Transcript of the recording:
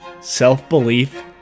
self-belief